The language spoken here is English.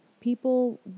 People